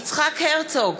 נגד יצחק הרצוג,